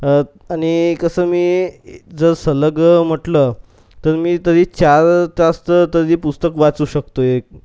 आणि कसं मी जर सलग म्हटलं तर मी तरी चार तास त् तरी पुस्तक वाचू शकतो एक